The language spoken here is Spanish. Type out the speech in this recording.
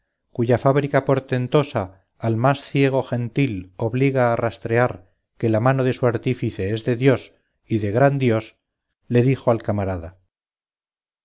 cuya fábrica portentosa al más ciego gentil obliga a rastrear que la mano de su artífice es de dios y de gran dios le dijo al camarada